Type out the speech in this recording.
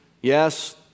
Yes